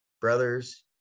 brothers